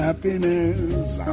Happiness